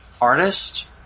artist